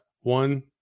One